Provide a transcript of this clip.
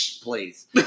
please